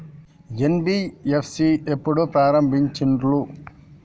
NBFC ఎప్పుడు ప్రారంభించిల్లు?